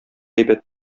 әйбәт